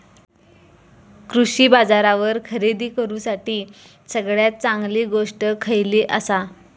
कृषी बाजारावर खरेदी करूसाठी सगळ्यात चांगली गोष्ट खैयली आसा?